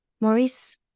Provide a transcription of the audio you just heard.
Maurice